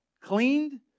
cleaned